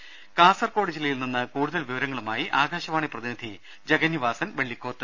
ദരദ കാസർകോട് ജില്ലയിൽ നിന്ന് കൂടുതൽ വിവരങ്ങളുമായി ആകാശവാണി പ്രതിനിധി ജഗന്നിവാസൻ വെള്ളിക്കോത്ത്